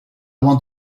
want